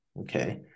okay